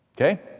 Okay